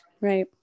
right